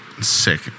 Sick